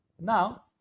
Now